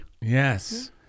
Yes